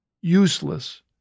useless